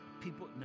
people